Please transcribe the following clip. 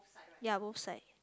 ya both side